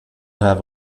have